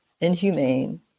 inhumane